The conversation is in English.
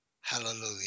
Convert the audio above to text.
Hallelujah